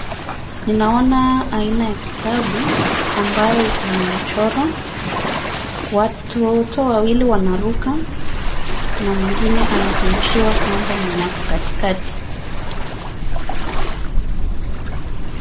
Ninaona aina ya kitabu ambayo iko na mchoro, watoto wawili wanaruka na mwingine anazungushiwa kamba mwenye ako katikati.